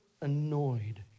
annoyed